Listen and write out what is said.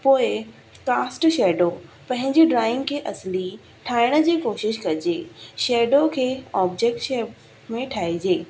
पोइ cast shadow पंहिंजी drawing खे असुली ठाहिण जी कोशिशि कजे शैडो खे ऑब्जैक्शट शेप में ठाहिजे